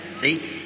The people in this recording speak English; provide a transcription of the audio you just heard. See